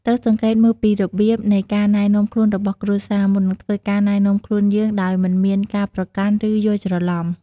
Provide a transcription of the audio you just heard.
ត្រូវសង្កេតមើលពីរបៀបនៃការណែនាំខ្លួនរបស់គ្រួសារ មុននឹងធ្វើការណែនាំខ្លួនយើងដោយមិនមានការប្រកាន់ ឬយល់ច្រឡំ។